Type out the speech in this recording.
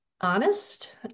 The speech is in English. honest